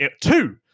Two